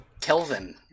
Kelvin